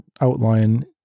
outline